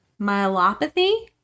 Myelopathy